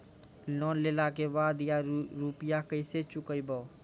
Loan लेला के बाद या रुपिया केसे चुकायाबो?